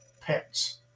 pets